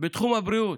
בתחום הבריאות.